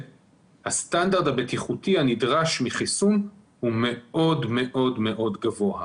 הסטנדרט הבטיחותי הנדרש מחיסון הוא מאוד מאוד גבוה.